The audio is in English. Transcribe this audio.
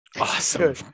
Awesome